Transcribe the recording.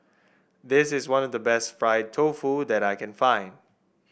this is one of best Fried Tofu that I can find